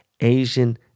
Asian